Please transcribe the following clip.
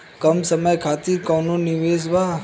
कम समय खातिर कौनो निवेश बा?